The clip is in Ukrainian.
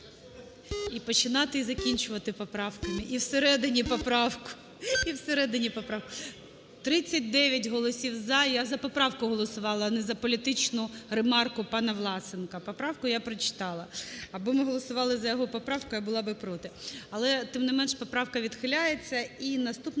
І починати, і закінчувати поправками, і всередині поправки. 13:14:52 За-39 39 голосів "за". Я за поправку голосувала, а не за політичну ремарку пана Власенка. Поправку я прочитала. Аби ми голосували за його поправку, я була б проти. Але, тим не менш, поправка відхиляється. І наступна